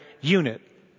unit